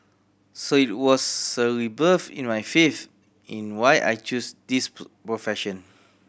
so it was rebirth in my faith in why I chose this profession